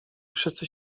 wszyscy